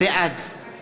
בעד